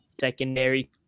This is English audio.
secondary